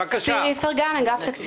בקשה מס' 15-007 בעמוד 64 הוצאות ביטחוניות.